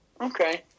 okay